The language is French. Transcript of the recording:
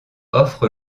offre